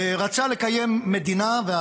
רצה לקיים מדינה,